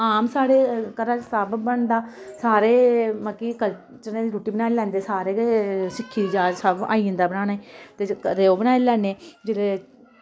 आम साढ़े घरा च सब बनदा सारे मतलब कि कल्चरे दी रुट्टी बनाई लैंदे सारे गै सिक्खी दी जाच सब आई जंदा बनाने ते कदे ओह् बनाई लैने जेह्ड़े